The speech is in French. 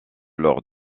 lors